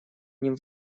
ним